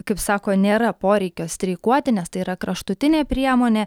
kaip sako nėra poreikio streikuoti nes tai yra kraštutinė priemonė